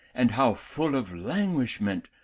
and how full of languishment,